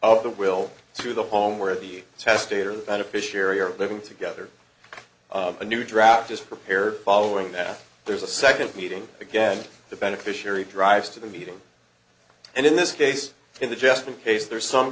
of the will to the home where the testator's the beneficiary are living together a new draft is prepared following that there's a second meeting again the beneficiary drives to the meeting and in this case in the just in case there is some